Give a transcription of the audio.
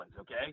okay